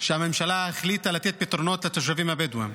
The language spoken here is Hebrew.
שהממשלה החליטה לתת פתרונות לתושבים הבדואים,